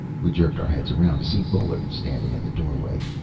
we jerked our heads around to see bullard standing in the doorway.